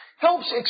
helps